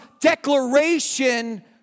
declaration